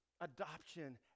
adoption